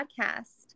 Podcast